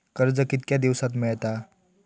कर्ज कितक्या दिवसात मेळता?